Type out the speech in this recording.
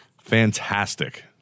fantastic